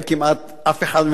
אף אחד מהשרים לא פה,